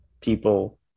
people